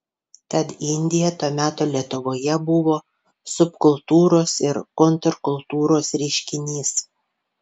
tad indija to meto lietuvoje buvo subkultūros ir kontrkultūros reiškinys